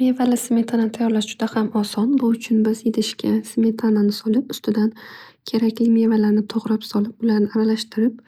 Mevali smetana tayyorlash juda ham oson. Bu uchun biz idishga smetanani solib, ustidan kerakli mevalarni to'g'rab solib, ularni aralashtirib,